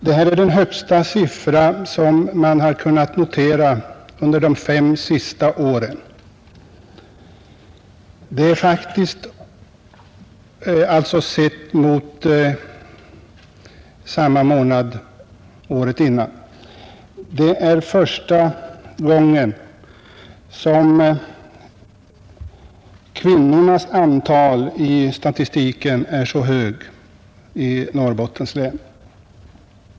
Detta är den högsta siffra som man har kunnat notera för samma månad under de fem senaste åren. Det är första gången som kvinnornas antal i statistiken är så högt i Norrbottens län.